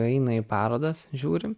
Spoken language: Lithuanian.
eina į parodas žiūri